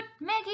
Maggie